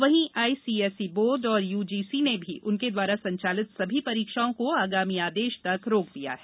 वहीं ICSE board और UGC ने भी उनके द्वारा संचालित सभी परीक्षाओं को आगामी आदेश तक रोक दिया है